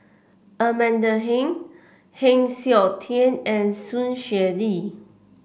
Amanda Heng Heng Siok Tian and Sun Xueling